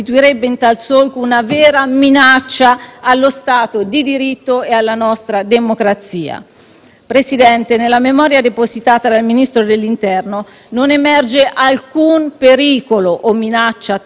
Presidente, nella memoria depositata dal Ministro dell'interno, non emerge alcun pericolo o minaccia tale da giustificare la compressione di diritti fondamentali, tantomeno una minaccia paventata